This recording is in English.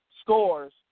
scores